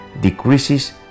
decreases